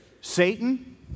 Satan